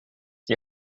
die